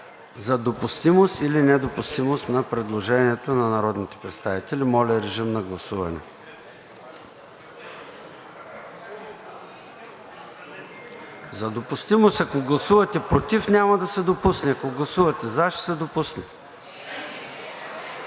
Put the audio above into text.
за допустимост или недопустимост на предложението на народните представители. (Реплики.) За допустимост, ако гласувате против, няма да се допусне, ако гласувате за, ще се допусне.